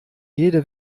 jede